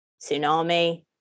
tsunami